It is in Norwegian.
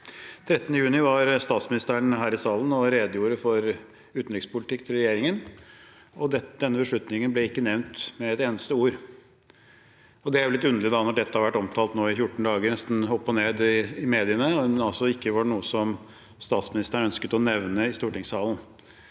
13. juni var statsministeren her i salen og redegjorde for regjeringens utenrikspolitikk, og denne beslutningen ble ikke nevnt med et eneste ord. Det er litt underlig når dette har vært omtalt i 14 dager nesten opp og ned i mediene, men det var altså ikke noe statsministeren ønsket å nevne i stortingssalen.